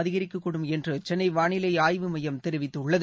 அதிகரிக்கக்கூடும் என்று சென்னை வானிலை ஆய்வு மையம் தெரிவித்துள்ளது